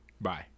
Bye